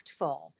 impactful